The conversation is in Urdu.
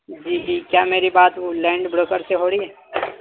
جی جی کیا میری بات وہ لینڈ بروکر سے ہور ہی ہے